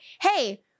hey